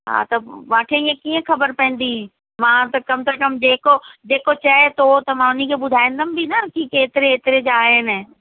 हा त मूंखे ईअं कीअं ख़बर पवंदी मां त कम सां कम जेको जेको चए थो त मां उनखे ॿुधाईंदमि बि न की केतिरे हेतिरे जा आहिनि